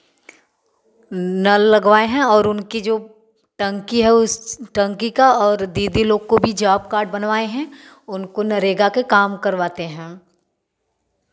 नल लगवाए हैं और उनकी जो टंकी है उस टंकी का और दीदी लोग को भी जॉब कार्ड बनवाए हैं उनको नरेगा के काम करवाते हैं